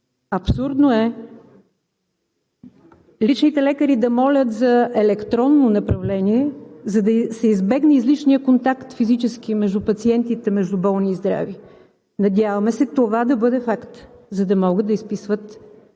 Абсурдно е личните лекари да молят за електронно направление, за да се избегне излишният физически контакт между пациентите – между болни и здрави. Надяваме се това да бъде факт, за да могат да изписват